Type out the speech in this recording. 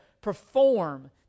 perform